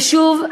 ושוב,